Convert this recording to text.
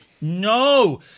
No